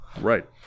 Right